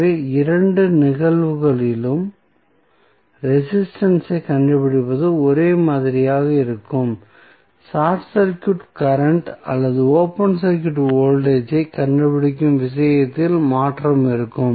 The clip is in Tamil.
எனவே இரண்டு நிகழ்வுகளிலும் ரெசிஸ்டன்ஸ் ஐக் கண்டுபிடிப்பது ஒரே மாதிரியாக இருக்கும் ஷார்ட் சர்க்யூட் கரண்ட் அல்லது ஓபன் சர்க்யூட் வோல்டேஜ் ஐக் கண்டுபிடிக்கும் விஷயத்தில் மாற்றம் இருக்கும்